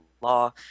law